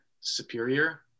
Superior